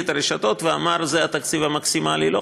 את הרשתות ואמר: זה התקציב המקסימלי.